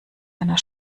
einer